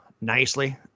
nicely